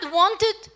wanted